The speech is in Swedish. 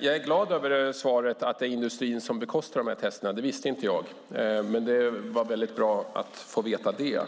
Jag är glad över svaret att det är industrin som bekostar testerna. Det visste jag inte. Det var bra att få veta det.